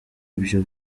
ibyo